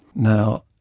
now,